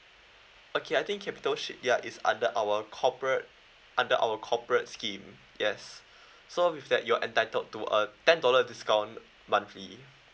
okay I think capital shipyard is under our corporate under our corporate scheme yes so with that you are entitled to a ten dollar discount monthly